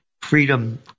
freedom